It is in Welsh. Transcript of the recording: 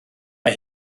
mae